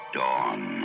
dawn